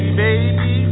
baby